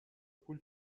پول